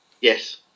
Yes